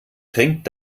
trinkt